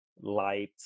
light